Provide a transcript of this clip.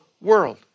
world